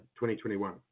2021